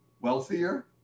wealthier